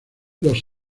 los